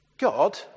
God